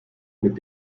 mit